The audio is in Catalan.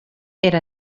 era